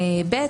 סעיף (ב),